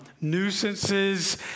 nuisances